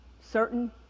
certain